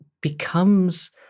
becomes